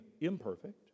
imperfect